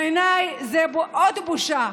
בעיניי זה ממש בושה.